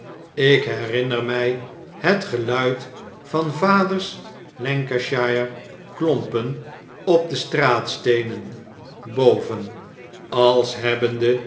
ik herinner my het geluid van vader's lancashire klompen op de straatsteenen boven als hebbende